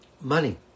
money